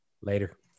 Later